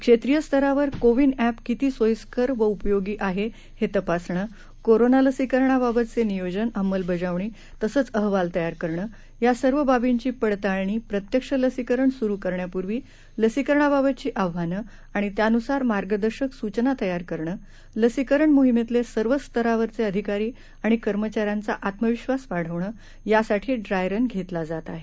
क्षेत्रियस्तरावरकोवीनएपकितीसोईस्करवउपयोगीआहेहेतपासणं कोरोनालसीकरणाबतचेनियोजन अंमलबजावणीतसंचअहवालतयारकरणं यासर्वबाबींचीपडताळणी प्रत्यक्षलसीकरणसुरुकरण्यापूर्वी लसीकरणाबाबतचीआव्हानंआणित्यानुसारमार्गदर्शकसुचनातयारकरणं लसीकरणमोहिमेतलेसर्वस्तरावरचेअधिकारीआणिकर्मचाऱ्यांचाआत्मविश्वासवाढवणं यासाठीड्रायरनघेतलाजातआहे